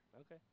Okay